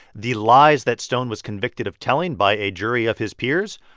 the lies that stone was convicted of telling by a jury of his peers,